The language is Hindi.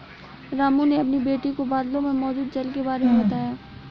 रामू ने अपनी बेटी को बादलों में मौजूद जल के बारे में बताया